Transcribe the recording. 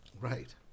right